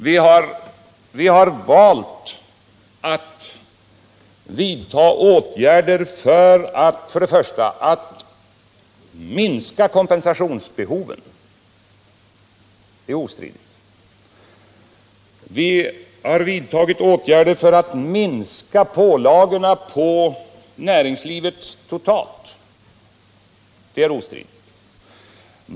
Vi har valt att vidta åtgärder för att minska kompensationsbehoven -— det är ostridigt. Vi har vidtagit åtgärder för att minska pålagorna på näringslivet totalt — det är ostridigt.